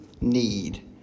need